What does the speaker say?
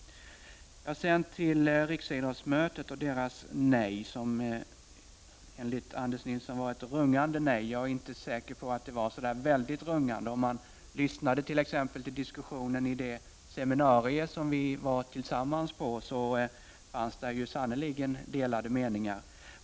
Sedan till riksidrottsmötet och dess nej, som enligt Anders Nilsson var ett rungande nej. Jag är inte så säker på att det var så rungande. Om man t.ex. lyssnade till diskussionen som fördes vid det seminarium vi båda var på fanns där sannerligen delade meningar.